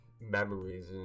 memories